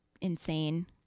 insane